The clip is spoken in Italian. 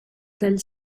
del